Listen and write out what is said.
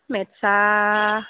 मेथ्सआ